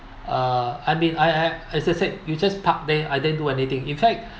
uh I've been I I as I said you just park there I didn't do anything in fact